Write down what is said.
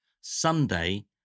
Sunday